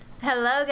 Hello